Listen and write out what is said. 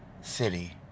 city